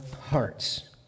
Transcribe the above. hearts